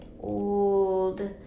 old